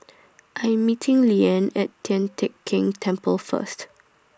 I Am meeting Leanne At Tian Teck Keng Temple First